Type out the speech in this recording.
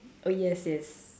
oh yes yes